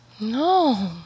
No